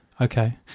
Okay